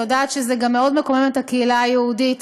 אני יודעת שזה גם מאוד מקומם את הקהילה היהודית.